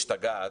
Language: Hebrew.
ומשתגעת.